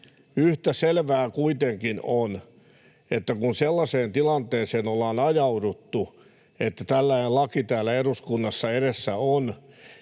Yhtä selvää kuitenkin on, että kun sellaiseen tilanteeseen ollaan ajauduttu, että tällainen laki täällä eduskunnassa edessä on,